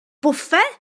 bwffe